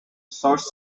source